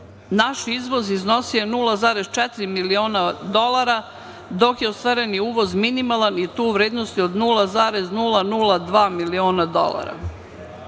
Naš izvoz iznosio je 0,4 miliona dolara, dok je ostvareni uvoz minimalan i to u vrednosti od 0,002 miliona dolara. Postoji